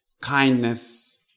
kindness